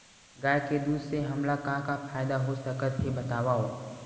गाय के दूध से हमला का का फ़ायदा हो सकत हे बतावव?